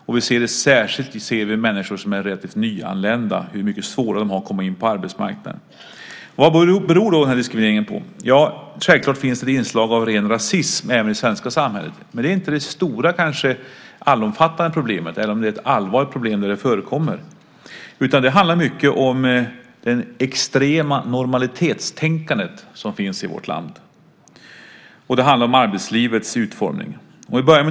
Särskilt ser vi hur mycket svårare människor som är relativt nyanlända har att komma in på arbetsmarknaden. Vad beror då den här diskrimineringen på? Självklart finns det inslag av ren rasism även i det svenska samhället, men det är kanske inte det stora allomfattande problemet, även om det är ett allvarligt problem där det förekommer. Det handlar mycket om det extrema normalitetstänkande som finns i vårt land. Och det handlar om arbetslivets utformning.